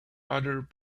other